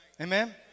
Amen